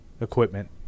equipment